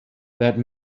that